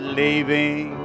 leaving